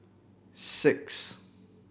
six